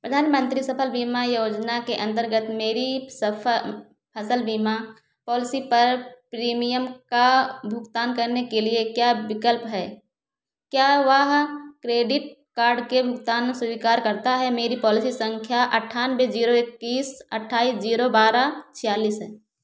प्रधानमंत्री सफल बीमा योजना के अंतर्गत मेरी सफ फसल बीमा पॉलिसी पर प्रीमियम का भुगतान करने के लिए क्या विकल्प है क्या वह क्रेडिट कार्ड के भुगतान स्वीकार करता है मेरी पॉलिसी संख्या अट्ठानवे जीरो इक्कीस अट्ठाईस जीरो बारह छियालीस है